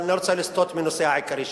אבל אני לא רוצה לסטות מהנושא העיקרי שלי.